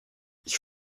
ich